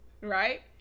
right